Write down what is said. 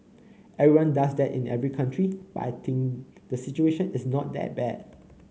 everyone does that in every country but I think the situation is not that bad